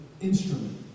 instrument